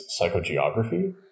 psychogeography